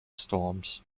storms